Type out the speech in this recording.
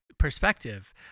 perspective